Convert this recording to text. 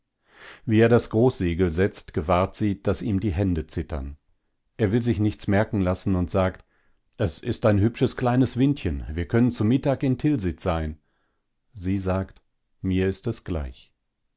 wie er das großsegel setzt gewahrt sie daß ihm die hände zittern er will sich nichts merken lassen und sagt es ist ein hübsches kleines windchen wir können zu mittag in tilsit sein sie sagt mir ist es gleich